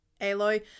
Aloy